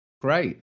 Great